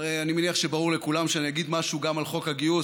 הרי אני מניח שברור לכולם שאני אגיד משהו גם על חוק הגיוס,